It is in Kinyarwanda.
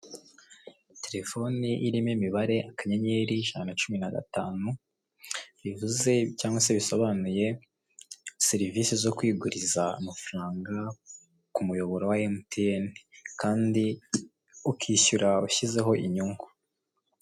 Telefone irimo imibare akanyenyeri ijana na cumi na gatanu bivuze cyangwa se bisobanuye serivisi zo kwiguriza amafaranga ku muyoboro wa emutiyeni kandi ukishyura ushyizeho inyungu.